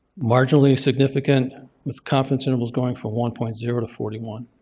marginally significant with confidence intervals going from one point zero to forty one.